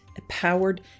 empowered